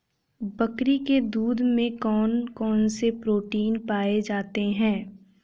बकरी के दूध में कौन कौनसे प्रोटीन पाए जाते हैं?